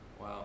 Wow